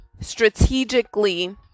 strategically